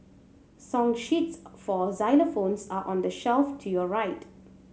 song sheets for xylophones are on the shelf to your right